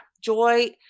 Joy